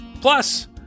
Plus